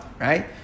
right